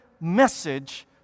message